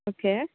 okay